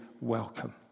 welcome